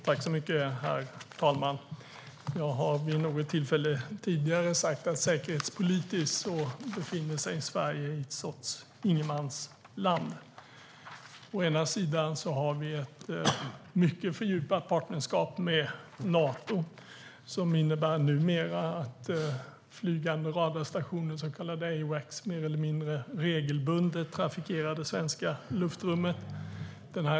Herr talman! Jag har vid något tillfälle tidigare sagt att säkerhetspolitiskt befinner sig Sverige i en sorts ingenmansland. Å ena sidan finns ett mycket fördjupat partnerskap med Nato, som numera innebär att flygande radarstationer, så kallade Awacs, mer eller mindre regelbundet trafikerar det svenska luftrummet.